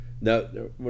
no